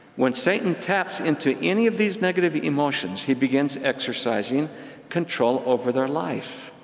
when satan taps into any of these negative emotions, he begins exercising control over their life.